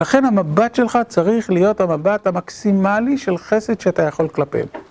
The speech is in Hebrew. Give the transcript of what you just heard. אכן המבט שלך צריך להיות המבט המקסימלי של חסד שאתה יכול כלפי.